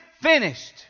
finished